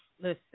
Listen